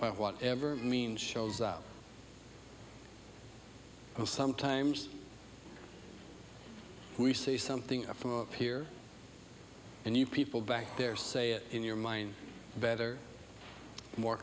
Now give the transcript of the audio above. by whatever means shows sometimes we say something from a peer and you people back there say it in your mind better more